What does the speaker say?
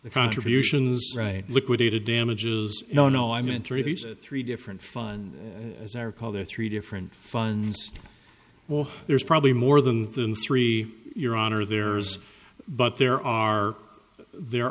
the contributions right liquidated damages no no i meant three pieces of three different fund as i recall there are three different funds well there's probably more than three your honor there's but there are there